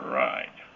right